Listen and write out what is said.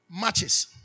matches